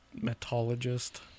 Metologist